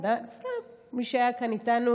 מי שהיה כאן איתנו: